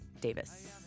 Davis